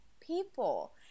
people